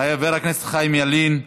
חבר הכנסת חיים ילין,